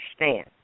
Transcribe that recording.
understand